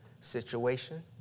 Situation